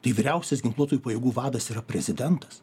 tai vyriausias ginkluotųjų pajėgų vadas yra prezidentas